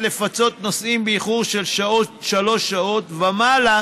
לפצות נוסעים באיחור של שלוש שעות ומעלה